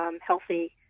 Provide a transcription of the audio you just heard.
healthy